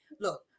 look